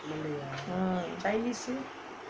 ah